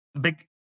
big